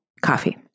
coffee